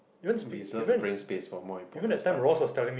reserve brain space for more important stuff